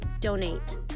donate